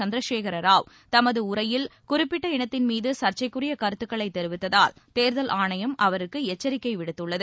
சந்திரசேகர ராவ் தமது உரையில் குறிப்பிட்ட இனத்தின்மீது சர்ச்சைக்குரிய கருத்துக்களை தெரிவித்ததால் தேர்தல் ஆணையம் அவருக்கு எச்சரிக்கை விடுத்துள்ளது